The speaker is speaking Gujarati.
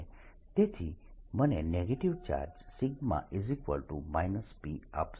તેથી તે મને નેગેટીવ ચાર્જ σ P આપશે